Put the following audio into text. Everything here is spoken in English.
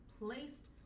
placed